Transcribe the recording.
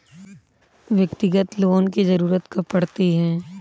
व्यक्तिगत लोन की ज़रूरत कब पड़ती है?